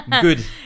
good